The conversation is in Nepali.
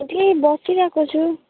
यत्तिकै बसिरहेको छु